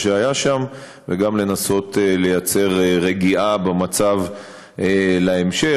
שהיה שם וגם לנסות לייצר רגיעה במצב להמשך.